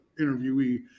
interviewee